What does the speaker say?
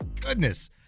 Goodness